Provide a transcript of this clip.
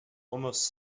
almost